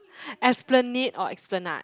Esplanade or Esplanade